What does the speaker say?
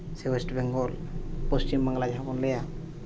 ᱥᱮ ᱚᱭᱮᱥᱴ ᱵᱮᱝᱜᱚᱞ ᱯᱚᱥᱪᱷᱤᱢ ᱵᱟᱝᱞᱟ ᱡᱟᱦᱟᱸ ᱵᱚᱱ ᱞᱟᱹᱭᱟ